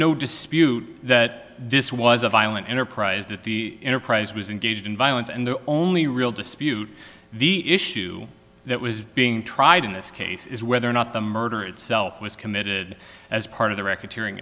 no dispute that this was a violent enterprise that the enterprise was engaged in violence and the only real dispute the issue that was being tried in this case is whether or not the murder itself was committed as part of the record tearing